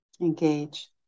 Engage